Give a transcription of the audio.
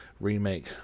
Remake